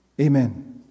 Amen